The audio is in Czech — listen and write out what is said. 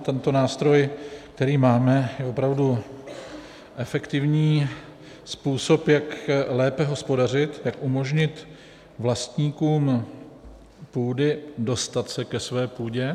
Tento nástroj, který máme, je opravdu efektivní způsob, jak lépe hospodařit, jak umožnit vlastníkům půdy dostat se ke své půdě.